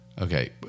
Okay